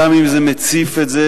גם אם זה מציף את זה,